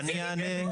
אני אענה.